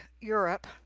Europe